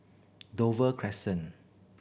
Dover Crescent